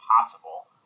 possible